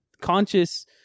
conscious